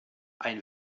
ein